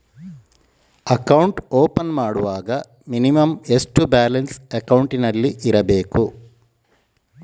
Account open ಮಾಡುವಾಗ minimum ಎಷ್ಟು balance ಅಕೌಂಟಿನಲ್ಲಿ ಇರಬೇಕು?